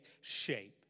shape